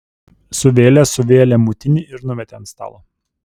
suvėlė suvėlė mutinį ir numetė ant stalo